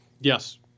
Yes